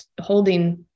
holding